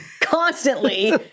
constantly